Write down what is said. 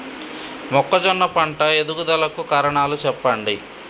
మొక్కజొన్న పంట ఎదుగుదల కు కారణాలు చెప్పండి?